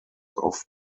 off